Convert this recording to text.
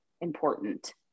important